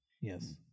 Yes